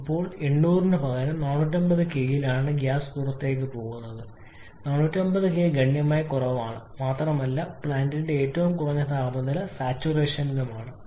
ഇപ്പോൾ 800 ന് പകരം 450 കെയിലാണ് ഗ്യാസ് പുറത്തേക്ക് പോകുന്നത് കെ 450 കെ ഗണ്യമായി കുറവാണ് മാത്രമല്ല പ്ലാന്റിന്റെ ഏറ്റവും കുറഞ്ഞ താപനില സാച്ചുറേഷൻ ആണ് താപനില 5 kPa